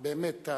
באמת,